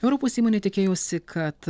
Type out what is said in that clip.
europos įmonė tikėjosi kad